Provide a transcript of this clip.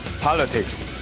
politics